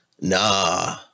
Nah